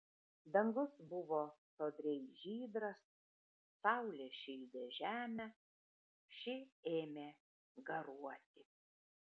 dangus buvo sodriai žydras saulė šildė žemę ši ėmė garuoti